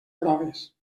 proves